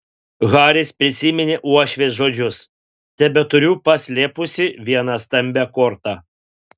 haris prisiminė uošvės žodžius tebeturiu paslėpusi vieną stambią kortą